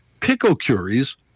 picocuries